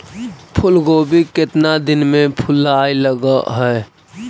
फुलगोभी केतना दिन में फुलाइ लग है?